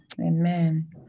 Amen